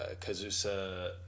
Kazusa